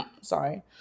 Sorry